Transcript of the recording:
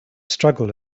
struggle